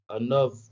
enough